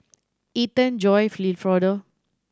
Ethen Joye Wilfredo